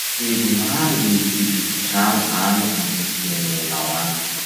Firy mary gny vidy ky trano any amy firenenao agny?